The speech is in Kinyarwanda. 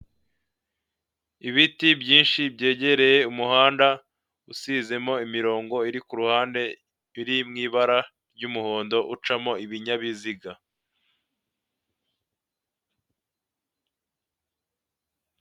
Ibiti byinshi byegereye umuhanda usizemo imirongo iri ku ruhande, iri mu ibara ry'umuhondo ucamo ibinyabiziga.